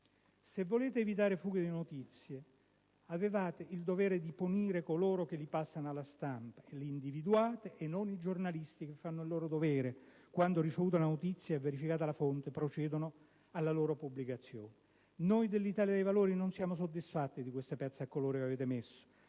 Se volete evitare fughe di notizie, avevate il dovere di individuare e punire coloro che le passano alla stampa, e non punire i giornalisti che fanno il loro dovere quando, ricevuta la notizia e verificata la fonte, procedono alla sua pubblicazione. Noi dell'IDV non siamo soddisfatti di queste pezze a colori che avete messo,